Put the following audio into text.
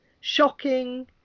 shocking